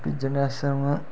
जिन्ना समां